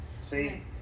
See